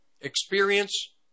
experience